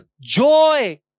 joy